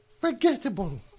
forgettable